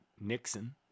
Nixon